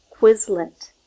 Quizlet